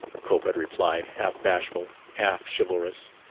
cope had replied, half-bashful, half-chivalrous,